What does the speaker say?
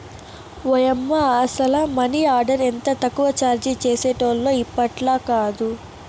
ఓయమ్మ, అసల money order ఎంత తక్కువ చార్జీ చేసేటోల్లో ఇప్పట్లాకాదు